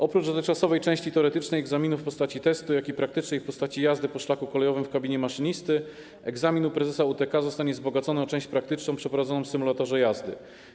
Oprócz dotychczasowej części teoretycznej egzaminów w postaci testu, jak i praktycznej w postaci jazdy po szlaku kolejowym w kabinie maszynisty egzamin u prezesa UTK zostanie wzbogacony o część praktyczną przeprowadzoną w symulatorze jazdy.